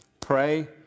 Pray